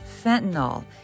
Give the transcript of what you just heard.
fentanyl